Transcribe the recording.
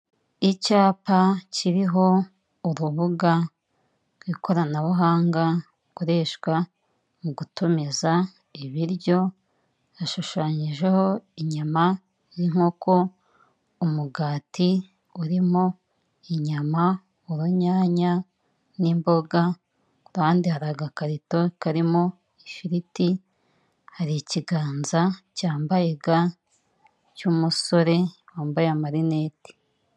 Icyapa kiriho urubuga rw'ikoranabuhanga rukoreshwa mu gutumiza ibiryo, hashushanyijeho inyama z'inkoko, umugati urimo inyama, urunyanya n'imboga kandi hari agakarito karimo ifiriti, hari ikiganza cyambaye ga cy'umusore wambaye amarineti.